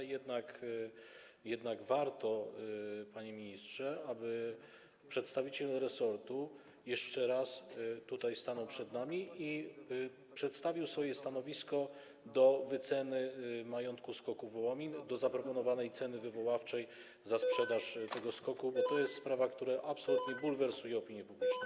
Jednak warto, panie ministrze, aby przedstawiciel resortu jeszcze raz stanął przed nami i przedstawił swoje stanowisko dotyczące wyceny majątku SKOK-u Wołomin, zaproponowanej ceny wywoławczej za sprzedaż tego SKOK-u, bo to jest sprawa, która absolutnie bulwersuje opinię publiczną.